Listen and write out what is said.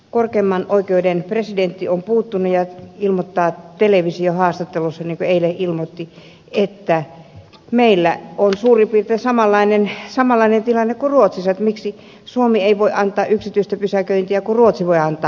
korkeimman oikeuden presidentti on puuttunut asiaan ja ilmoittaa televisiohaastattelussa niin kuin eilen ilmoitti että meillä on suurin piirtein samanlainen tilanne kuin ruotsissa ja ihmettelee miksi suomi ei voi antaa pysäköinninvalvontaa yksityisille kun ruotsi voi antaa